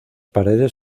paredes